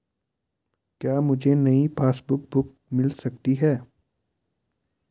क्या मुझे नयी पासबुक बुक मिल सकती है?